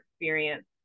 experience